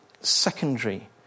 secondary